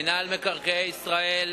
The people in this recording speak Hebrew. מינהל מקרקעי ישראל,